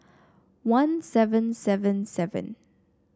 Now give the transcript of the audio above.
one seven seven seven